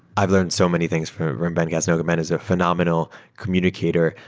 i've learned so many things from ben casnocha. ben is a phenomenal communicator.